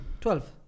Twelve